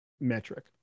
Metric